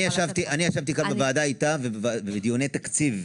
אני ישבתי כאן בוועדה איתה ובדיוני תקציב,